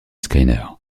skinner